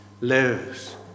lives